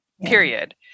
period